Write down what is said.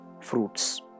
fruits